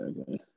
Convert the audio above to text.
okay